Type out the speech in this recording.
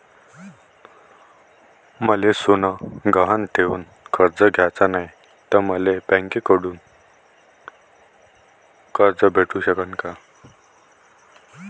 मले सोनं गहान ठेवून कर्ज घ्याचं नाय, त मले बँकेमधून कर्ज भेटू शकन का?